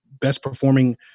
best-performing